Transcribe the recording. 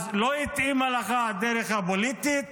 אז לא התאימה לך הדרך הפוליטית,